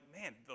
man